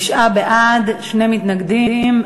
תשעה בעד, שני מתנגדים.